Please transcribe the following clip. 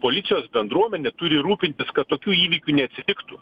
policijos bendruomenė turi rūpintis kad tokių įvykių neatsitiktų